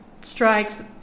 strikes